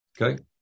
Okay